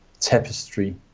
tapestry